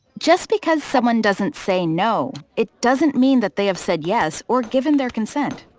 just because someone doesn't say no, it doesn't mean that they have said yes or given their consent.